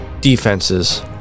defenses